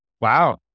Wow